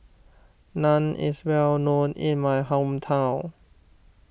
Naan is well known in my hometown